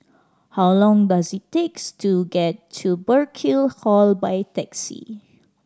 how long does it takes to get to Burkill Hall by taxi